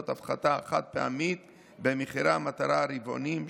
הפחתה חד-פעמית במחירי המטרה הרבעוניים,